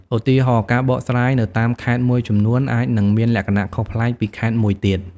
ឧទាហរណ៍ ការបកស្រាយនៅតាមខេត្តមួយចំនួនអាចនឹងមានលក្ខណៈខុសប្លែកពីខេត្តមួយទៀត។